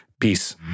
Peace